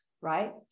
right